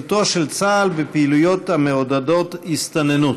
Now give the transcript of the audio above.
השתתפות צה"ל בפעילויות המעודדות הסתננות.